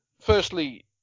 firstly